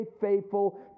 faithful